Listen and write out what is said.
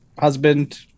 husband